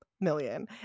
million